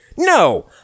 No